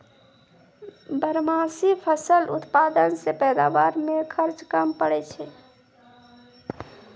बारहमासी फसल उत्पादन से पैदावार मे खर्च कम पड़ै छै